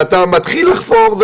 ואתה מתחיל לחפור,